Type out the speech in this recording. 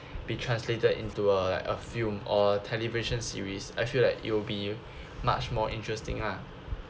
be translated into a like a film or television series I feel like it will be much more interesting ah